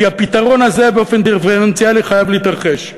כי הפתרון הזה באופן דיפרנציאלי חייב להתרחש.